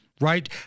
right